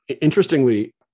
Interestingly